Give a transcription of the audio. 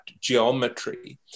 geometry